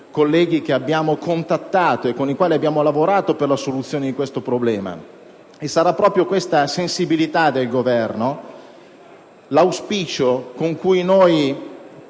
colleghi che abbiamo contattato e con i quali abbiamo lavorato per la soluzione di questo problema. Sarà proprio la sensibilità del Governo a far sì che questo